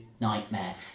nightmare